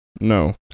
No